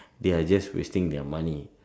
they are just wasting their money